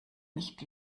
nicht